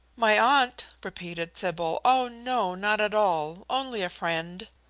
my aunt? repeated sybil. oh no, not at all only a friend.